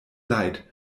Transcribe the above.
leid